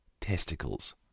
testicles